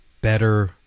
better